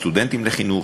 סטודנטים לחינוך.